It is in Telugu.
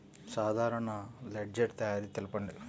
సాధారణ లెడ్జెర్ తయారి తెలుపండి?